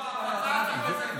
הצעת החוק הזאת,